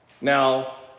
Now